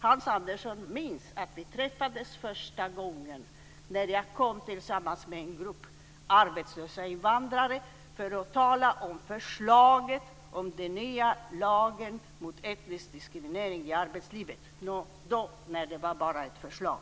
Hans Andersson minns att vi träffades första gången när jag kom tillsammans med en grupp arbetslösa invandrare för att tala om förslaget om den nya lagen mot etnisk diskriminering i arbetslivet, dvs. när denna var bara ett förslag.